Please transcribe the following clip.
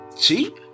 cheap